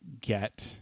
get